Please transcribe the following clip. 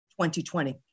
2020